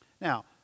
Now